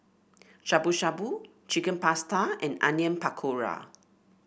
Shabu Shabu Chicken Pasta and Onion Pakora